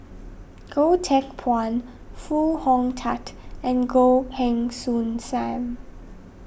Goh Teck Phuan Foo Hong Tatt and Goh Heng Soon Sam